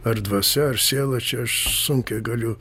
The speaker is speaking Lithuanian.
ar dvasia ar siela čia aš sunkiai galiu